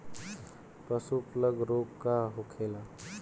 पशु प्लग रोग का होखेला?